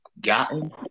gotten